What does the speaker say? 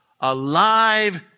alive